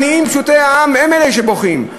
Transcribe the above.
העניים, פשוטי העם, הם אלה שבוכים.